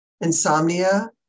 insomnia